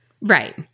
Right